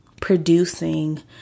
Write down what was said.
producing